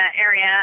area